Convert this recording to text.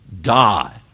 die